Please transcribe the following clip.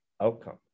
outcome